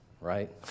right